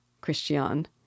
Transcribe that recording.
Christian